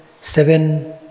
seven